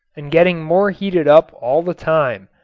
and getting more heated up all the time.